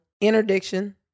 interdiction